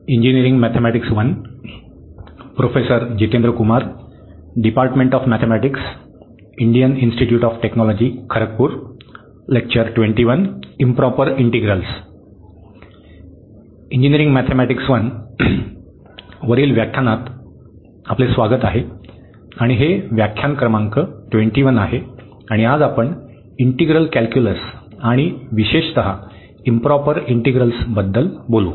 engineering mathematics 1 Engineering Mathematics - I वरील व्याख्यानांत स्वागत आहे आणि हे व्याख्यान क्रमांक 21 आहे आणि आज आपण इंटिग्रल कॅल्क्युलस आणि विशेषत इंप्रॉपर इंटिग्रल्सबद्दल बोलू